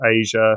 Asia